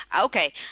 Okay